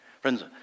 Friends